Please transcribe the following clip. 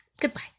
Goodbye